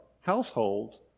households